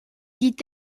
dit